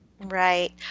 Right